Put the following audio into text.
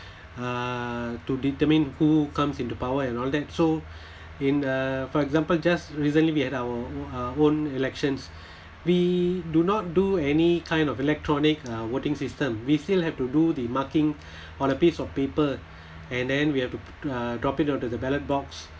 uh to determine who comes into power and all that so in uh for example just recently we had our own our own elections we do not do any kind of electronic uh voting system we still have to do the marking on a piece of paper and then we have to uh drop it on to the ballot box